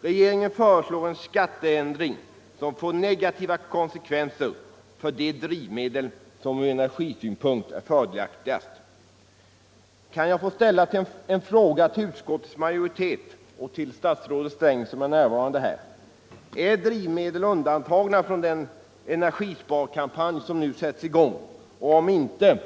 Regeringen föreslår en skatteändring som får negativa konsekvenser för det drivmedel som ur energisynpunkt är fördelaktigast. Kan jag få ställa en fråga till utskottets majoritet och till statsrådet Sträng, som är närvarande här: Är drivmedel undantagna från den energisparkampanj som nu sättes i gång? Om inte,